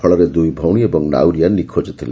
ଫଳରେ ଦୁଇ ଭଉଣୀ ଏବଂ ନାଉରିଆ ନିଖୋଜ ଥିଲେ